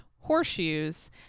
horseshoes